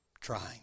trying